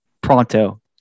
pronto